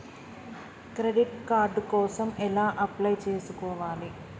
Credit card కోసం ఎలా apply చేసుకోవాలి?